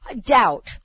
Doubt